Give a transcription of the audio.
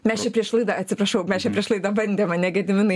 mes čia prieš laidą atsiprašau mes čia prieš laidą bandėm ane gediminai